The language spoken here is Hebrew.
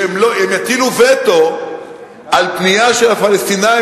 שהם יטילו וטו על פנייה של הפלסטינים